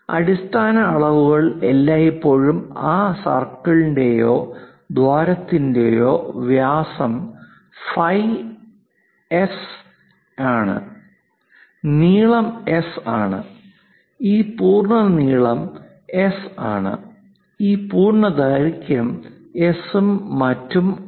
അടിസ്ഥാന അളവുകൾ എല്ലായ്പ്പോഴും ആ സർക്കിളിന്റെയോ ദ്വാരത്തിന്റെയോ വ്യാസം ഫൈ എസ് ആണ് നീളം എസ് ആണ് ഈ പൂർണ്ണ നീളം എസ് ആണ് ഈ പൂർണ്ണ ദൈർഘ്യം എസ് ഉം മറ്റും ആണ്